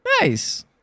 Nice